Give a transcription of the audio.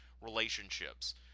relationships